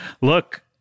look-